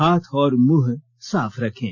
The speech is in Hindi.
हाथ और मुंह साफ रखें